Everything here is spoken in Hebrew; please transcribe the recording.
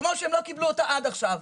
כמו שהם לא קיבלו אותה עד עכשיו.